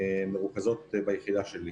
מרוכזות ביחידה שלי.